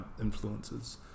influences